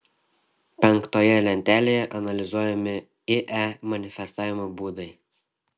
penktoje lentelėje analizuojami ie manifestavimo būdai